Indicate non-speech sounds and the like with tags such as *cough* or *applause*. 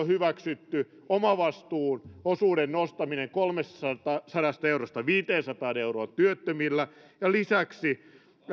*unintelligible* hyväksytty omavastuuosuuden nostaminen kolmestasadasta eurosta viiteensataan euroon työttömillä ja lisäksi